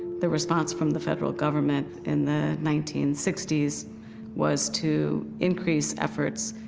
the response from the federal government in the nineteen sixty s was to increase efforts,